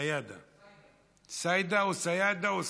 סָיְדה או סָיָדה?